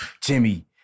Jimmy